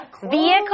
vehicle